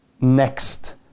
next